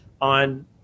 on